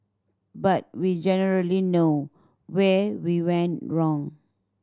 but we generally know where we went wrong